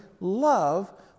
love